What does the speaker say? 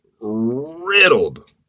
riddled